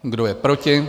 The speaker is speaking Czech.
Kdo je proti?